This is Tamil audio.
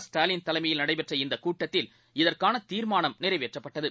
ஸ்டாலின் தலைமையில் நடைபெற்ற இந்தகூட்டத்தில் இதற்கானதி்மானம் நிறைவேற்றப்பட்டது